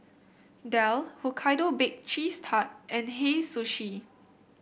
Dell Hokkaido Bake Cheese Tart and Hei Sushi